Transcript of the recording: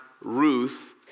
Ruth